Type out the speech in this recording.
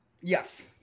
Yes